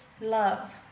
love